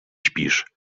śpisz